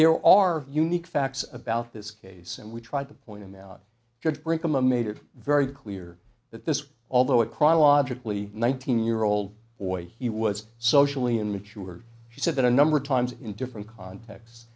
there are unique facts about this case and we tried to point him out judge brinkema made it very clear that this although it chronologically one thousand year old boy he was socially and mature she said that a number of times in different cont